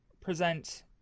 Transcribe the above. present